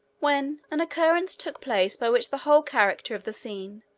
when an occurrence took place by which the whole character of the scene,